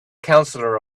counselor